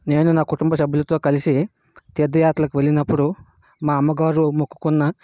నేను నా కుటుంబ సభ్యులతో కలిసి తీర్థ యాత్రలకు వెళ్ళినపుడు మా అమ్మగారు మొక్కుకున్న